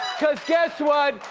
cause guess what?